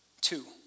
Two